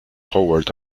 powered